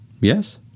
Yes